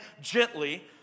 gently